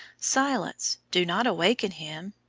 silence! do not awaken him!